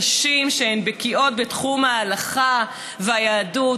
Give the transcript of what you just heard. נשים שהן בקיאות בתחום ההלכה והיהדות,